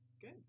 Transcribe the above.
Good